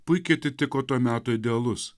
puikiai atitiko to meto idealus